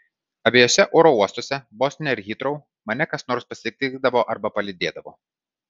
abiejuose oro uostuose bostone ir hitrou mane kas nors pasitikdavo arba palydėdavo